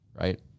right